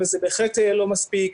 וזה בהחלט לא מספיק.